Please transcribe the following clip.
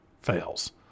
fails